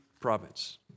province